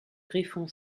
griffon